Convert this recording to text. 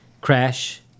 Crash